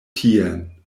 tien